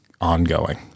ongoing